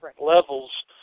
levels